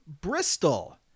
Bristol